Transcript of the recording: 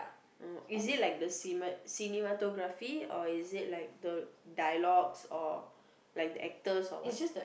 oh is it like the cine~ cinematography or is it like the dialogues or like the actors or what